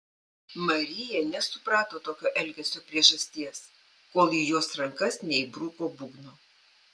marija nesuprato tokio elgesio priežasties kol į jos rankas neįbruko būgno